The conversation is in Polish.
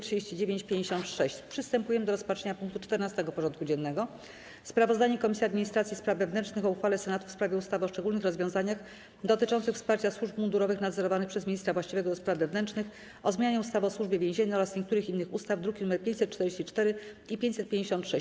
Przystępujemy do rozpatrzenia punktu 14. porządku dziennego: Sprawozdanie Komisji Administracji i Spraw Wewnętrznych o uchwale Senatu w sprawie ustawy o szczególnych rozwiązaniach dotyczących wsparcia służb mundurowych nadzorowanych przez ministra właściwego do spraw wewnętrznych, o zmianie ustawy o Służbie Więziennej oraz niektórych innych ustaw (druki nr 544 i 556)